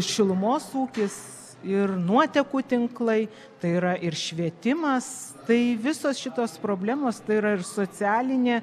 šilumos ūkis ir nuotekų tinklai tai yra ir švietimas tai visos šitos problemos tai yra ir socialinė